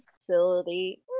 facility